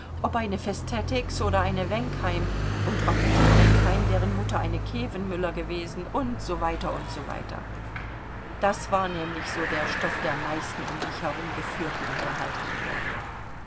ob eine festetics oder eine wenkheim und ob die wenkheim deren mutter ein khevenhüller gewesen u s w u s w das war nämlich so der stoff der meisten um mich herum geführten unterhaltungen